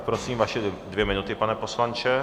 Prosím, vaše dvě minuty, pane poslanče.